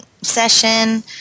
session